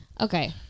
Okay